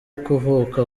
kuvuka